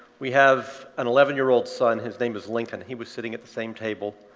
we have an eleven year old son his name is lincoln. he was sitting at the same table,